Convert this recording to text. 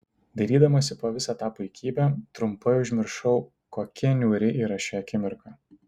dairydamasi po visą tą puikybę trumpai užmiršau kokia niūri yra ši akimirka